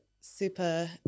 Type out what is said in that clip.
super